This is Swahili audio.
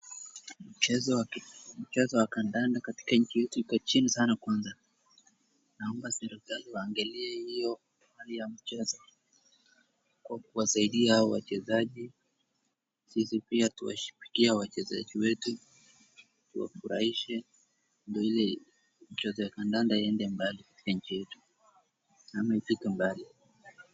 Mchezo wa kandanda katika nchi yetu iko chini sana kwanza. Naomba serikali wangalie hiyo hali ya mchezo kwa kuwasaidia hao wachezaji, sisi pia tuwashikilie wachezaji wetu, tuwafurahishe ili mchezo wa kandanda iende mbali katika nchi yetu naona ikienda mbali.